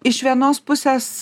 iš vienos pusės